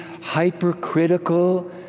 hypercritical